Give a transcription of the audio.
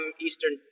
eastern